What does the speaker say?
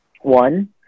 one